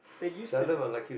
that used to